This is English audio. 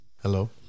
Hello